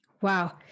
Wow